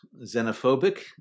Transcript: xenophobic